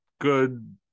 good